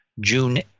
June